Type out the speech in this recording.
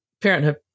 Parenthood